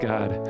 God